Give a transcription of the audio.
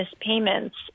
payments